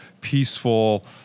peaceful